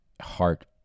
heart